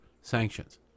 sanctions